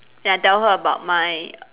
then I tell her about my